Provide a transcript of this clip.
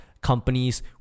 companies